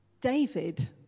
David